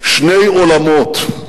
שני עולמות,